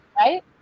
right